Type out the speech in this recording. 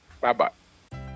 Bye-bye